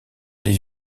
les